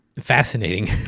fascinating